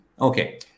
Okay